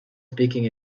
speaking